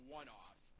one-off